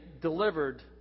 delivered